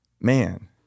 man